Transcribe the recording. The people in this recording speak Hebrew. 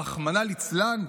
רחמנא ליצלן,